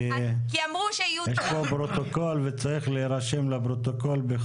כי יש פה פרוטוקול וצריך להירשם בפרוטוקול,